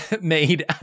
made